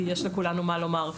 כי יש לכולנו מה לומר.